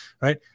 right